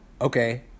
okay